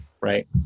right